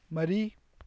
ꯃꯔꯤ